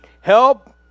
help